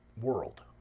world